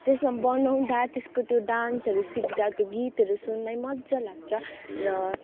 त्यसमा बनाउँदा त्यसको त्यो डान्सहरू सिक्दा त्यो गीतहरू सुन्दै मजा लाग्छ र